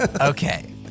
okay